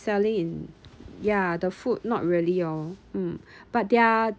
selling in ya the food not really orh mm but their